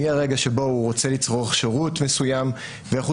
מהרגע שבו הוא רוצה לצרוך שירות מסוים ואיך הוא